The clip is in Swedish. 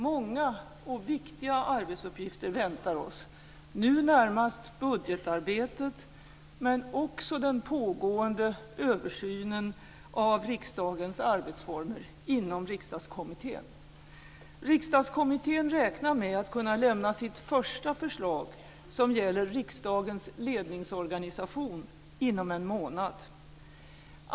Många och viktiga arbetsuppgifter väntar oss, nu närmast budgetarbetet, men också den pågående översynen av riksdagens arbetsformer inom riksdagskommittén. Riksdagskommittén räknar med att kunna lämna sitt första förslag - som gäller riksdagens ledningsorganisation - inom en månad.